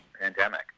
pandemic